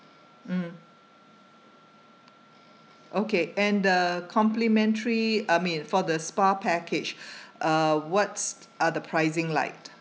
mm okay and the complimentary I mean for the spa package uh what's are the pricing like